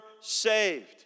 saved